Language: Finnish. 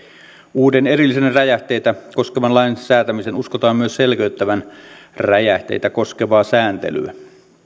uuden erillisen räjähteitä koskevan lain säätämisen uskotaan myös selkeyttävän räjähteitä koskevaa sääntelyä